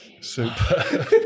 Super